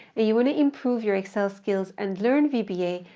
and you want to improve your excel skills and learn vba,